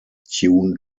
tune